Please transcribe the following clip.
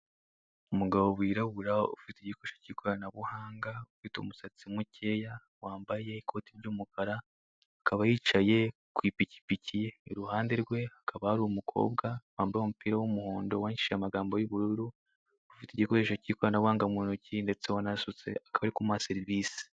Umugabo wirabura ufite igikoresho cy'ikoranabuhanga, ufite umusatsi mukeya, wambaye ikoti ry'umukara, akaba yicaye ku ipikipiki, iruhande rwe hakaba hari umukobwa wambaye umupira w'umuhondo yandikishije amabara y'ubururu, ufite igikoresho cy'ikoranabuhanga mu ntoki ndetse wanasutse, akaba ari kumuha serivisi.